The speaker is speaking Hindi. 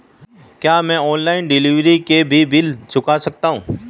क्या मैं ऑनलाइन डिलीवरी के भी बिल चुकता कर सकता हूँ?